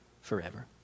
forever